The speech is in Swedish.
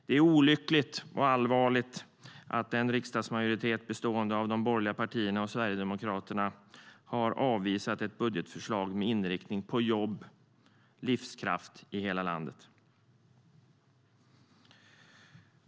Det är olyckligt och allvarligt att en riksdagsmajoritet bestående av de borgerliga partierna och Sverigedemokraterna har avvisat ett budgetförslag med inriktning på jobb och livskraft i hela landet.